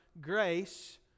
grace